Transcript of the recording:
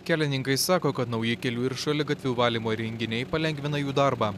kelininkai sako kad nauji kelių ir šaligatvių valymo įrenginiai palengvina jų darbą